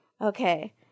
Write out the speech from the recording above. Okay